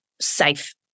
safe